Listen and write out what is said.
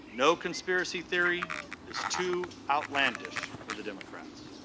no conspiracy theory is too outlandish for the democrats.